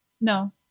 No